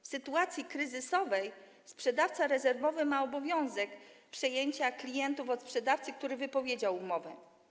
W sytuacji kryzysowej sprzedawca rezerwowy ma obowiązek przejęcia klientów od sprzedawcy, który wypowiedział umowę.